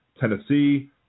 Tennessee